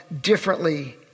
differently